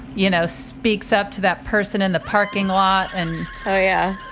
you know, speaks up to that person in the parking lot and oh, yeah.